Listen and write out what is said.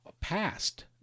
past